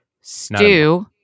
stew